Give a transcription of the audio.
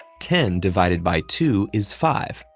ten divided by two is five,